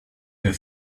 her